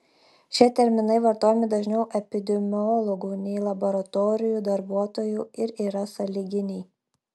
šie terminai vartojami dažniau epidemiologų nei laboratorijų darbuotojų ir yra sąlyginiai